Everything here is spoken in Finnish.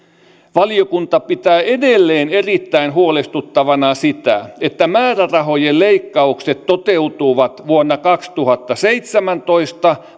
valiokunta pitää edelleen erittäin huolestuttavana sitä että määrärahojen leikkaukset toteutuvat vuonna kaksituhattaseitsemäntoista